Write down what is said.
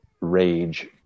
rage